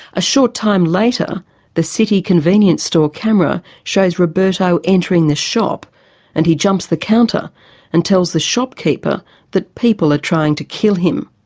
a short time later the city convenience store camera shows roberto entering the shop and he jumps the counter and tells the shopkeeper that people are trying to kill him.